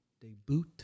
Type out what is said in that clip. Debut